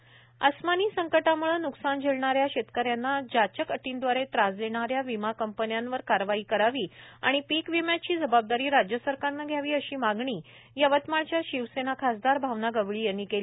भावना गवळी अस्मानी संकटाम्ळे न्कसान झेलणाऱ्या शेतकऱ्यांना जाचक अटींदवारे त्रास देणाऱ्यावीमा कंपन्यांवर कारवाई करावी आणि पिकविम्याची जबाबदारी राज्य सरकारने घ्यावी अशी मागणी यवतमाळच्या शिवसेना खासदार भावना गवळी यांनी केली